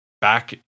back